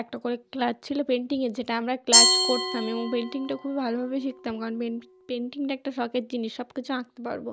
একটা করে ক্লাস ছিল পেন্টিংয়ের যেটা আমরা ক্লাস করতাম এবং পেন্টিংটা খুবই ভালোভাবেই শিখতাম কারণ পেন্টিংটা একটা শখের জিনিস সব কিছু আঁকতে পারবো